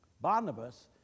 Barnabas